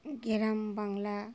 গ্রাম Bangla